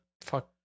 Fuck